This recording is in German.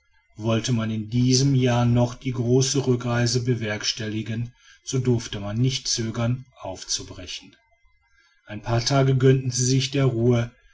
wollte man in diesem jahre noch die große rückreise bewerkstelligen so durfte man nicht zögern aufzubrechen ein paar tage gönnten sie sich der ruhe